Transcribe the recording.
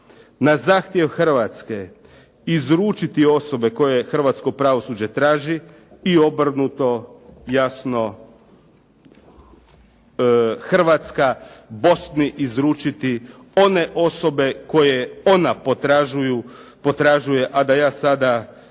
na zahtjev Hrvatske izručiti osobe koje hrvatsko pravosuđe traži i obrnuto, jasno Hrvatska Bosni izručiti one osobe koje ona potražuje, a da ja sada